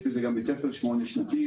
זה גם בית ספר שמונה שנתי.